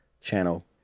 channel